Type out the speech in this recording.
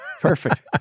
Perfect